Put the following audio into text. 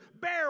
bear